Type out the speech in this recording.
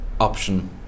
option